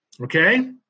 Okay